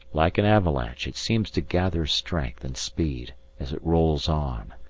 like an avalanche, it seems to gather strength and speed as it rolls on,